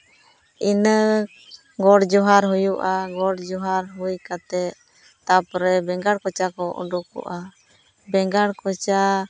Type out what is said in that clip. ᱤᱱᱟᱹ ᱜᱚᱰ ᱡᱚᱦᱟᱨ ᱦᱩᱭᱩᱜᱼᱟ ᱜᱚᱰ ᱡᱚᱦᱟᱨ ᱦᱩᱭ ᱠᱟᱛᱮ ᱛᱟᱯᱚᱨᱮ ᱵᱮᱸᱜᱟᱲ ᱠᱚᱪᱟ ᱠᱚ ᱩᱰᱩᱠᱚᱜᱼᱟ ᱵᱮᱸᱜᱟᱲ ᱠᱚᱪᱟ